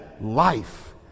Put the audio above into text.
life